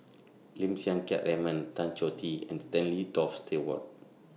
Lim Siang Keat Raymond Tan Choh Tee and Stanley Toft Stewart